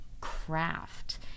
craft